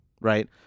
right